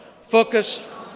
Focus